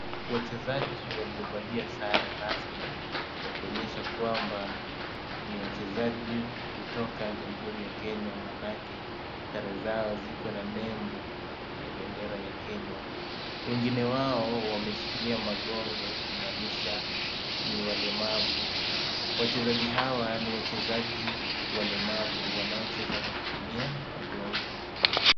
Wachezaji waliovalia sare rasmi ya kuonyesha kwamba ni wachezaji kutoka Jamhuri ya Kenya maanake, sare zao ziko na nembo ya bendera ya Kenya, wengine wao wameshikilia magongo kumaanisha ni walemavu. Wachezaji hawa ni wachezaji walemavu wanaocheza kwa kutumia magongo.